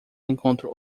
enquanto